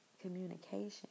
communication